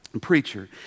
Preacher